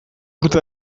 urte